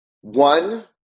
One